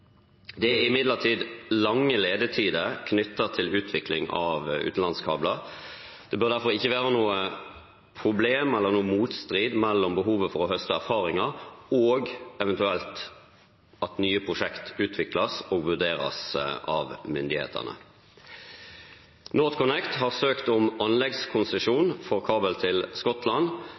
Det er imidlertid lange ledetider knyttet til utvikling av utenlandskabler. Det bør derfor ikke være noe problem eller noe motstrid mellom behovet for å høste erfaringer og eventuelt at nye prosjekt utvikles og vurderes av myndighetene. NorthConnect har søkt om anleggskonsesjon for kabel til Skottland,